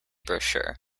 brochure